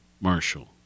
Marshall